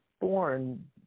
born